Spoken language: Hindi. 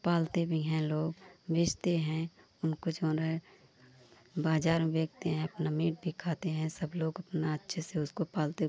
पालते भी है लोग बेचते हैं उनको जौन है बाज़ार में बेचते है अपना मीट भी खाते हैं सब लोग अपना अच्छे से उसको पालते हैं